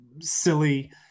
silly